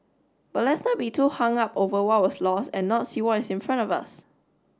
but let's not be too hung up over what was lost and not see what is in front of us